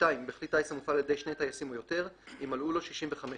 בכלי טיס המופעל על ידי שני טייסים או יותר - אם מלאו לו 65 שנים.